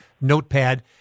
notepad